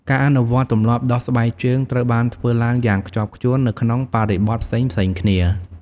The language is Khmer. ការអនុវត្តទម្លាប់ដោះស្បែកជើងត្រូវបានធ្វើឡើងយ៉ាងខ្ជាប់ខ្ជួននៅក្នុងបរិបទផ្សេងៗគ្នា។